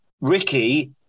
Ricky